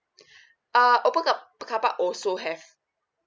err open car car park also have